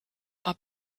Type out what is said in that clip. are